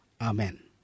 Amen